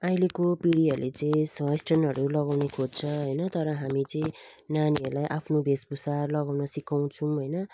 अहिलेको पिँढीहरूले चाहिँ यस्तो वेस्टर्नहरू लगाउन खोज्छ होइन तर हामी चाहिँ नानीहरूलाई आफ्नो भेषभूषा लगाउनु सिकाउँछौँ होइन